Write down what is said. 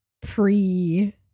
pre